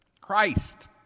Christ